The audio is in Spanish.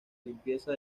limpieza